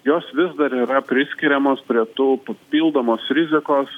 jos vis dar yra priskiriamos prie tų papildomos rizikos